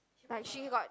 like she got